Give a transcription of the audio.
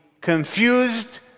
confused